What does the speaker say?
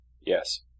Yes